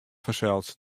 fansels